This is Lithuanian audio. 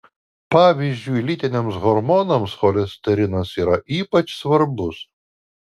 pavyzdžiui lytiniams hormonams cholesterinas yra ypač svarbus